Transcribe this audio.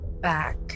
back